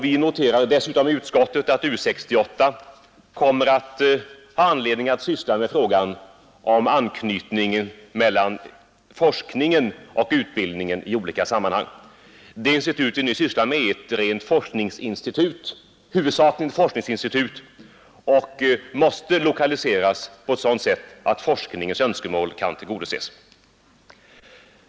Vi noterade dessutom i utskottet att U 68 har anledning att syssla med frågan om anknytningen mellan forskning och utbildning i olika sammanhang. Det institut vi nu behandlar är huvudsakligen ett forskningsinstitut och måste lokaliseras på sådant sätt att forskningens önskemål kan tillgodoses.